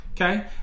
okay